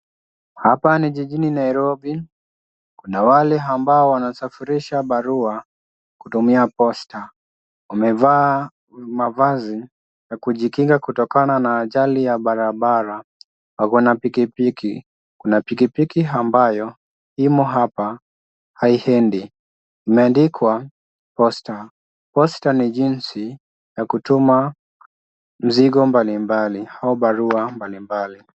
Hapa ni jijini Nairobi. Kuna wale ambao wanasafirisha barua kutumia posta. Wamevaa mavazi ya kujikinga kutokana na ajali ya barabara . Wako na pikipiki. Kuna pikipiki ambayo imo hapa haiendi imeandikwa posta. Posta ni jinsi ya kutuma mzigo mbalimbali au barua mbalimbali.